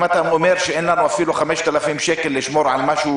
אם אתה אומר שאין לנו אפילו 5,000 שקל כדי לשמור על משהו